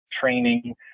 training